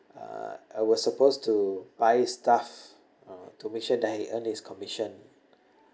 uh I was supposed to buy stuff uh to make sure that he earn his commission